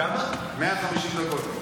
150 דקות.